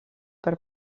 per